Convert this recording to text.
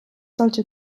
sollte